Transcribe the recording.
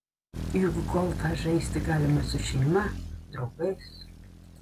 juk golfą žaisti galima su šeima draugais